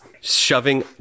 shoving